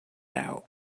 out